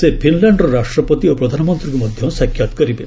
ସେ ଫିନ୍ଲ୍ୟାଷ୍ଟ୍ର ରାଷ୍ଟ୍ରପତି ଓ ପ୍ରଧାନମନ୍ତ୍ରୀଙ୍କୁ ମଧ୍ୟ ସାକ୍ଷାତ୍ କରିବେ